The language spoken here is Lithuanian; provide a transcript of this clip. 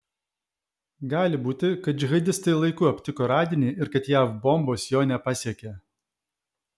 gali būti kad džihadistai laiku aptiko radinį ir kad jav bombos jo nepasiekė